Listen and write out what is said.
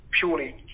Purely